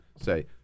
say